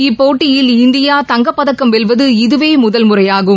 இப்போட்டியில் இந்தியா தங்கப்பதக்கம் வெல்வது இதுவே முதல்முறையாகும்